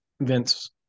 Vince